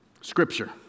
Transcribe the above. Scripture